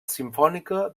simfònica